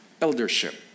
eldership